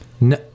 No